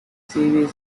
smiley